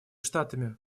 штатами